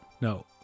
No